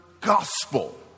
gospel